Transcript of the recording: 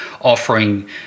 offering